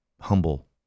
humble